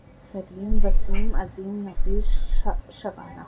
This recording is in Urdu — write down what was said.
سلیم وسیم عظیم نفیس شبانہ